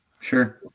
sure